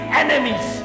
enemies